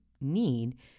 need